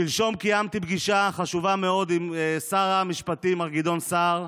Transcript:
שלשום קיימתי פגישה חשובה מאוד עם שר המשפטים מר גדעון סער.